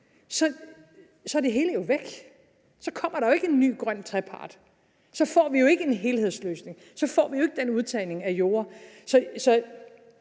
så er det hele jo væk. Så kommer der ikke en ny grøn trepart, så får vi ikke en helhedsløsning, og så får vi ikke den udtagning af jorde.